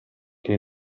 che